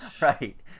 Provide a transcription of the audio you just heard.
right